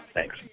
Thanks